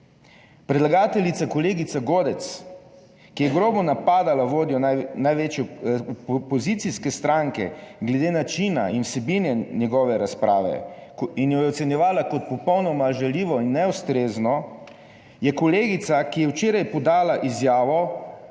Predlagateljica kolegica Godec, ki je grobo napadala vodjo največje opozicijske stranke glede načina in vsebine njegove razprave in jo je ocenjevala kot popolnoma žaljivo in neustrezno, je kolegica, ki je včeraj podala izjavo